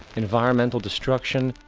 environmental destruction,